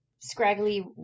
Scraggly